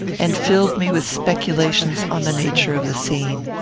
and filled me with speculations on the nature of the scene.